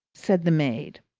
said the maid.